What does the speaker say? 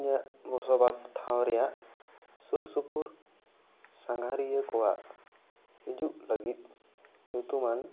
ᱤᱧᱟᱹᱜ ᱵᱚᱥᱚᱵᱚᱥ ᱴᱷᱟᱶ ᱨᱮᱭᱟᱜ ᱥᱩᱨ ᱥᱩᱯᱩᱨ ᱥᱟᱸᱜᱷᱟᱨᱤᱭᱟᱹ ᱠᱚᱣᱟᱜ ᱦᱤᱡᱩᱜ ᱞᱟᱹᱜᱤᱫ ᱧᱩᱛᱩᱢᱟᱱ